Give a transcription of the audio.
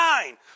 nine